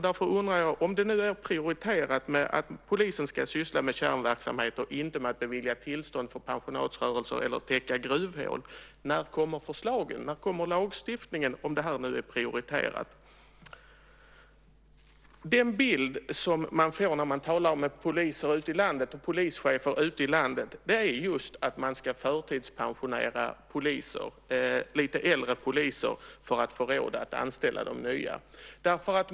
Därför undrar jag: Om det nu är prioriterat att polisen ska syssla med kärnverksamhet och inte med att bevilja tillstånd för pensionatsrörelse eller att täcka gruvhål, när kommer då förslagen? När kommer lagstiftningen om det här nu är prioriterat? Den bild som man får när man talar med poliser och polischefer ute i landet är just att man ska förtidspensionera poliser, lite äldre poliser, för att få råd att anställa nya.